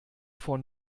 vor